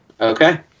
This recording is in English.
Okay